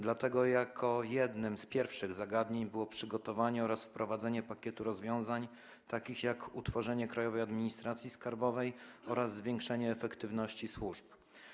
Dlatego jednym z pierwszych zagadnień było przygotowanie oraz wprowadzenie pakietu rozwiązań takich jak utworzenie Krajowej Administracji Skarbowej oraz zwiększenie efektywności służb.